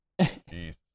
Jeez